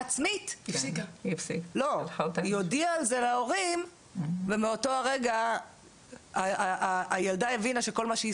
עצמית היא הודיעה על זה להורים ומאותו רגע הילדה הבינה שכל מה שהיא